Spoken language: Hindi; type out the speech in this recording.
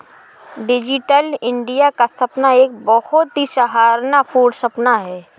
डिजिटल इन्डिया का सपना एक बहुत ही सराहना पूर्ण सपना है